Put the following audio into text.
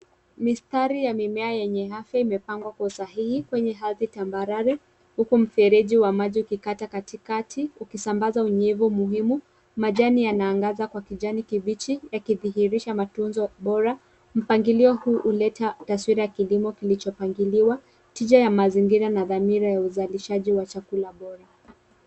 Mistari ya mimea yenye afya imepangwa kwa usahihi kwenye ardhi tambarare huku mfereji wa maji ukikata katikati ukisambaza unyevu muhimu. Majani yanaangaza kwa kijani kibichi yakidhihirisha matunzo bora. Mpangilio huu huleta taswira ya kilimo kilichopangiliwa. Tija ya mazingira na dhamira ya uzalishaji wa chakula bora.